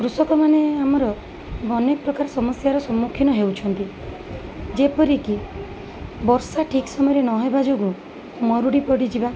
କୃଷକମାନେ ଆମର ଅନେକ ପ୍ରକାର ସମସ୍ୟାର ସମ୍ମୁଖୀନ ହେଉଛନ୍ତି ଯେପରିକି ବର୍ଷା ଠିକ୍ ସମୟରେ ନହେବା ଯୋଗୁଁ ମରୁଡ଼ି ପଡ଼ିଯିବା